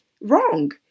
Wrong